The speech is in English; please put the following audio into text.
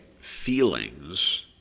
feelings